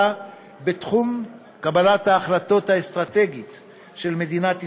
בתחום קבלת ההחלטות האסטרטגית של מדינת ישראל,